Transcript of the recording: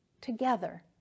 together